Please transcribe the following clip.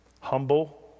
humble